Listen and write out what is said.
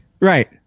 Right